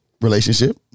relationship